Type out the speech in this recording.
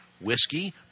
whiskey